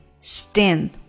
stain